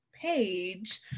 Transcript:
page